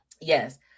Yes